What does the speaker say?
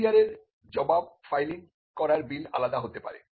FER এর জবাব filing করার বিল আলাদা হতে পারে